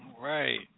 Right